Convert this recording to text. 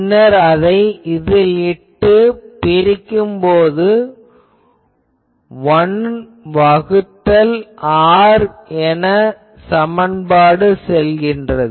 பின்னர் அதை இதில் இட்டு பிரிக்கும் போது 1 வகுத்தல் r என சமன்பாடு செல்லும்